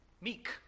Meek